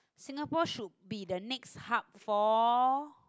Singapore should be the next hub for